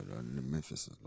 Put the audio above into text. Memphis